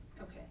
Okay